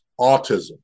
autism